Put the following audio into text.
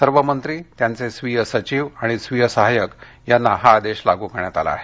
सर्व मंत्री त्यांचे स्वीय सचिव आणि स्वीय सहायकांना हा आदेश लागू करण्यात आला आहे